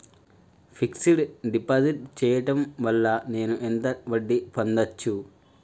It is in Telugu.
ఫిక్స్ డ్ డిపాజిట్ చేయటం వల్ల నేను ఎంత వడ్డీ పొందచ్చు?